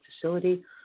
facility